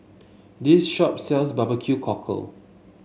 this shop sells bbq cockle